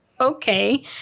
okay